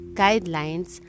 guidelines